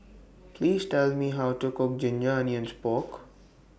Please Tell Me How to Cook Ginger Onions Pork